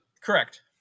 correct